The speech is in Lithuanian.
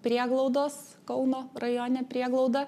prieglaudos kauno rajone prieglauda